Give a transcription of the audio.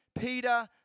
Peter